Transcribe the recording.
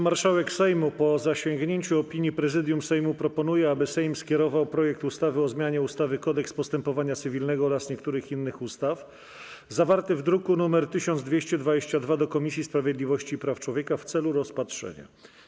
Marszałek Sejmu, po zasięgnięciu opinii Prezydium Sejmu, proponuje, aby Sejm skierował projekt ustawy o zmianie ustawy - Kodeks postępowania cywilnego oraz niektórych innych ustaw, zawarty w druku nr 1222, do Komisji Sprawiedliwości i Praw Człowieka w celu rozpatrzenia.